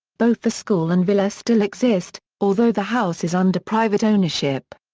both the school and villa still exist, although the house is under private ownership.